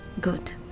Good